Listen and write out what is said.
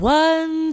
one